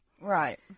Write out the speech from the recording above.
Right